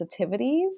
sensitivities